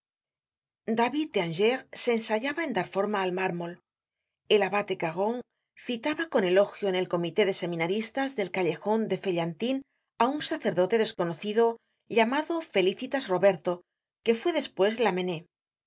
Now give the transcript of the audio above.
david de angers se ensayaba en dar forma al mármol el abate caron citaba con elogio en el comité de seminaristas del callejon de feullantines á un sacerdote desconocido llamado felecitas roberto que fue despues lamennais en